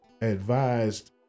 Advised